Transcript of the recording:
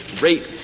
rate